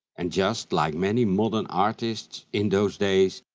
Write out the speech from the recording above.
and just like many modern artists in those days,